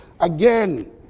Again